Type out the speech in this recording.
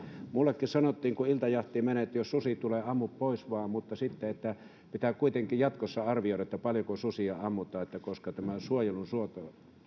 minullekin sanottiin että kun iltajahtiin menet niin jos susi tulee ammu pois vaan mutta sitten pitää kuitenkin jatkossa arvioida paljonko susia ammutaan koska tämä suojelun suojelun